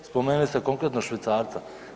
Spomenuli ste konkretno švicarca.